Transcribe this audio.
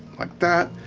like that.